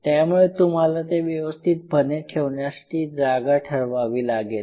त्यामुळे तुम्हाला ते व्यवस्थितपणे ठेवण्यासाठी जागा ठरवावी लागेल